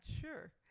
sure